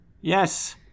Yes